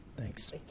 Thanks